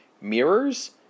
mirrors